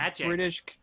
british